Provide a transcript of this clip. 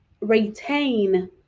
retain